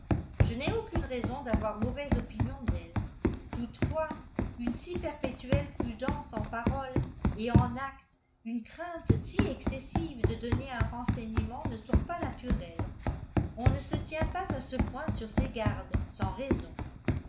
je n'ai aucune raison d'avoir mauvaise opinion d'elle toutefois une si perpétuelle prudence en paroles et en actes une crainte si excessive de donner un renseignement ne sont pas naturelles on ne se tient pas à ce point sur ses gardes sans raison